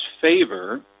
favor